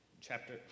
chapter